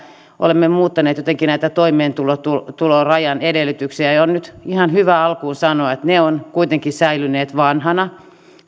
olemme muuttaneet jotenkin näitä toimeentulorajan edellytyksiä on nyt ihan hyvä alkuun sanoa että ne ovat kuitenkin säilyneet vanhoina